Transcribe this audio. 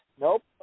Nope